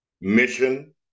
mission